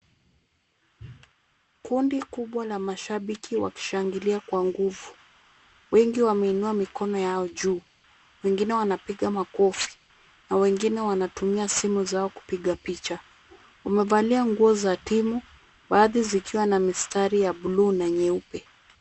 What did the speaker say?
Kundi kubwa la mashabiki wakishangilia kwa nguvu. Wengi wameinua mikono yao juu, wengine wanapiga makofi na wengine wanatumia simu zao kupiga picha. Wamevalia nguo za timu, baadhi zikiwa na mistari ya blue na nyeupe.